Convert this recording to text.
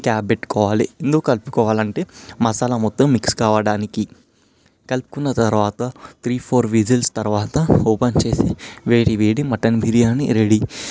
cap పెట్టుకోవాలి ఎందుకు కలుపుకోవాలంటే మసాలా మొత్తం మిక్స్ కావడానికి కలుపుకున్న తరువాత త్రీ ఫోర్ విజిల్స్ తరువాత ఓపెన్ చేసి వేడి వేడి మటన్ బిర్యానీ రెడీ